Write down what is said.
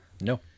No